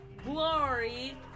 glory